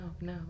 no